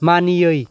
मानियै